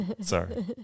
Sorry